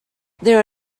there